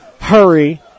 hurry